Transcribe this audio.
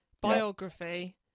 biography